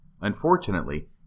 Unfortunately